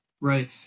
Right